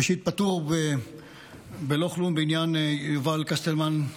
ראשית, פטור בלא כלום בעניין יובל קסטלמן,